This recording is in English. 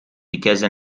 because